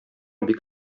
бик